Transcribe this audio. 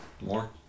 More